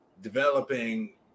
developing